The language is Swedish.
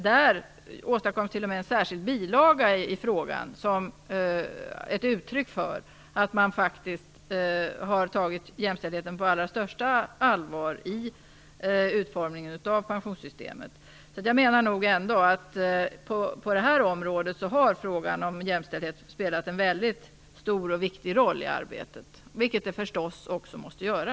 Där åstadkoms t.o.m. en särskild bilaga i frågan som ett uttryck för att man faktiskt har tagit jämställdheten på allra största allvar i utformningen av pensionssystemet. Jag menar ändå att frågan om jämställdhet har spelat en väldigt stor och viktig roll i arbetet, vilket den förstås också måste göra.